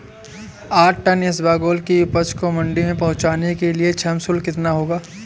आठ टन इसबगोल की उपज को मंडी पहुंचाने के लिए श्रम शुल्क कितना होगा?